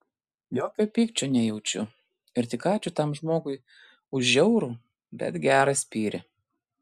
jokio pykčio nejaučiu ir tik ačiū tam žmogui už žiaurų bet gerą spyrį